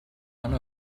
one